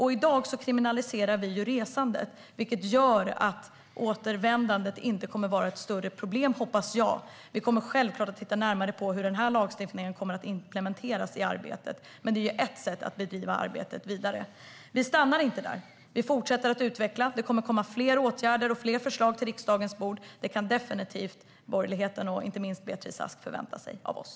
I dag kriminaliserar vi resandet, vilket gör att återvändandet förhoppningsvis inte kommer att vara ett stort problem. Men vi kommer självklart att titta närmare på hur denna lagstiftning implementeras i arbetet. Det här är ett sätt att gå vidare i arbetet, men vi stannar inte där. Vi fortsätter att utveckla, och det kommer att läggas fler åtgärder och förslag på riksdagens bord. Det kan borgerligheten och inte minst Beatrice Ask definitivt förvänta sig av oss.